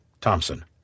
Thompson